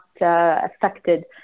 affected